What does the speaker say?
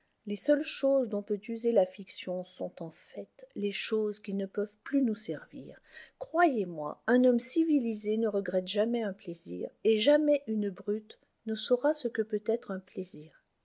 les seules choses dont peut user la fiction sont en fait les choses qui ne peuvent plus nous servir croyez-moi un homme civilisé ne regrette jamais un plaisir et jamais une brute ne saura ce que peut être un plaisir